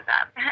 up